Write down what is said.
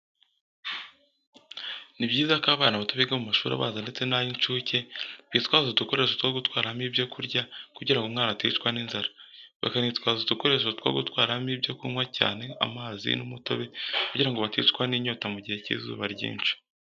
Nibyiza ko abana bato biga mu mashuri abanza ndetse nay'incuke bitwaza udukoresho two gutwaramo ibyo kurya kugira ngo umwana atishwa n'inzara, bakanitwaza udukoresho two gutwaramo ibyo kugwa cyane amazi n'umutobe kugira ngo batincwa ninyota mugihe cy'izuba ryinshi.